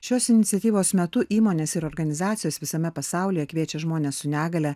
šios iniciatyvos metu įmonės ir organizacijos visame pasaulyje kviečia žmones su negalia